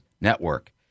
Network